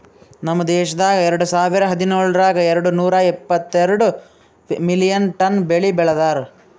ನಮ್ ದೇಶದಾಗ್ ಎರಡು ಸಾವಿರ ಹದಿನೇಳರೊಳಗ್ ಎರಡು ನೂರಾ ಎಪ್ಪತ್ತೆರಡು ಮಿಲಿಯನ್ ಟನ್ ಬೆಳಿ ಬೆ ಳದಾರ್